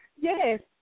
Yes